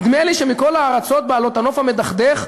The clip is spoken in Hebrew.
נדמה לי שמכל הארצות בעלות הנוף המדכדך,